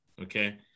Okay